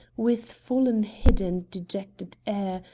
with fallen head and dejected air,